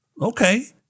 Okay